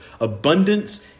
abundance